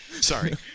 Sorry